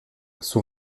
son